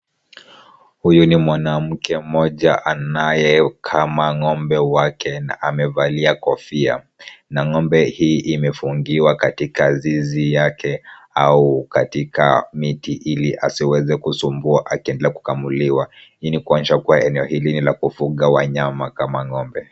Huyu ni mwanamke mmoja anaye kama ng'ombe wake na amevalia kofia, na ng'ombe hii imefungiwa katika zizi yake au katika miti ili asiweze kusumbua akiendelea kukamuliwa. Hii ni kuonyesha kuwa eneo hili ni la kufuga wanyama kama ng'ombe.